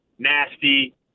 nasty